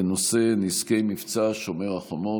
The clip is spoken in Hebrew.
בנושא: נזקי מבצע שומר החומות.